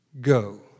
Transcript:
Go